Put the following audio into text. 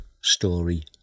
story